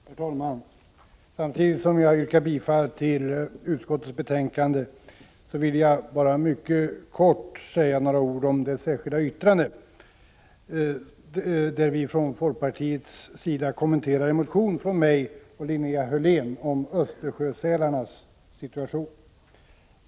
Herr talman! Samtidigt som jag yrkar bifall till utskottets hemställan vill jag mycket kort säga några ord om det särskilda yttrande där vi från folkpartiets sida har kommenterat en motion från mig och Linnea Hörlén om Östersjösälarnas situation.